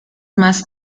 más